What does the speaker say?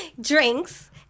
drinks